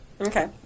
Okay